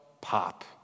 pop